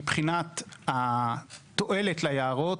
מבחינת התועלת ליערות,